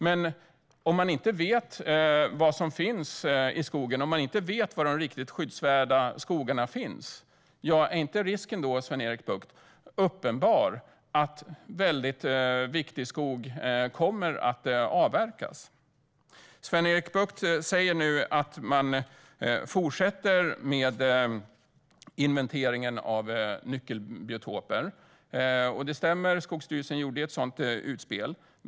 Men om man inte vet vad som finns i skogen och om man inte vet var de riktigt skyddsvärda skogarna finns, är inte risken då uppenbar, Sven-Erik Bucht, att viktig skog kommer att avverkas? Sven-Erik Bucht säger nu att man fortsätter med inventeringen av nyckelbiotoper. Det stämmer. Skogsstyrelsen gjorde ju ett sådant utspel.